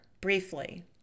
briefly